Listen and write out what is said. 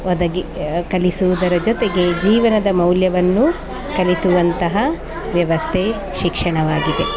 ಒದಗಿ ಕಲಿಸುವುದರ ಜೊತೆಗೆ ಜೀವನದ ಮೌಲ್ಯವನ್ನು ಕಲಿಸುವಂತಹ ವ್ಯವಸ್ಥೆ ಶಿಕ್ಷಣವಾಗಿದೆ